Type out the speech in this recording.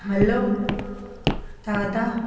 hello Dada